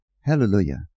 Hallelujah